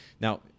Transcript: Now